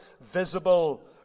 visible